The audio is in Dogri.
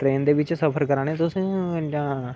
ट्रैन दे बिच सफर करा दे तुस जां इयां